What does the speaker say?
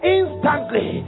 instantly